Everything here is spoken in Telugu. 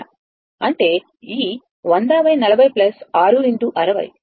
అంటే ఈ 100 40 6